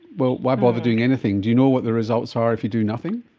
well, why bother doing anything. do you know what the results are if you do nothing?